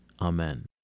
Amen